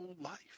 life